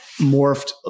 morphed